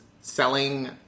selling